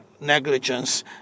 negligence